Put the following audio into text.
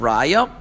Raya